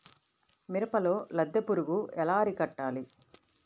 మిరపలో లద్దె పురుగు ఎలా అరికట్టాలి?